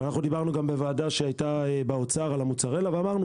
דברנו גם בוועדה שהייתה באוצר על המוצרלה ואמרנו